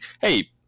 Hey